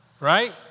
right